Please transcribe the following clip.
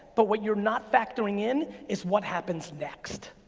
but what you're not factoring in is what happens next.